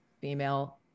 female